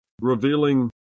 revealing